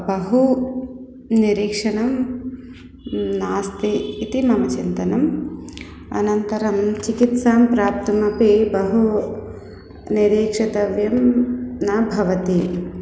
बहुनिरीक्षणं नास्ति इति मम चिन्तनम् अनन्तरं चिकित्सां प्राप्तुमपि बहुनिरीक्षतव्यं न भवति